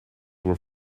were